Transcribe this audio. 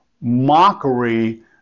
mockery